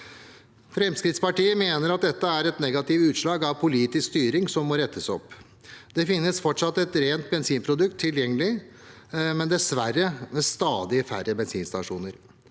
Fremskrittspartiet mener at dette er et negativt utslag av politisk styring som må rettes opp. Det finnes fortsatt et rent bensinprodukt tilgjengelig, men dessverre på stadig færre bensinstasjoner.